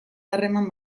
harreman